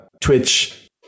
Twitch